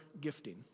gifting